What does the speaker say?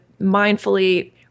mindfully